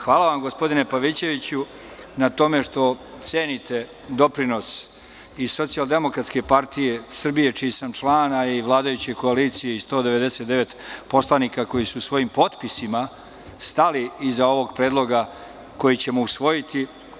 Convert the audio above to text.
Hvala vam, gospodine Pavićeviću, na tome što cenite doprinos i SDPS, čiji sam član, a i vladajuće koalicije i 199 poslanika koji su svojim potpisima stali iza ovog predloga koji ćemo usvojiti.